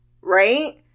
right